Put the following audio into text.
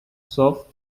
soft